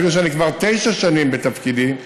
אפילו שאני כבר תשע שנים בתפקידי,